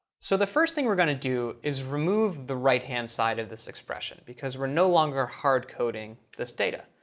so the first thing we're going to do is remove the right hand side of this expression, because we're no longer hard coding this data.